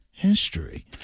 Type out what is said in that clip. history